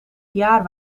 jaar